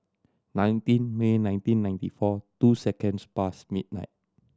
nineteen May nineteen ninety four two seconds past midnight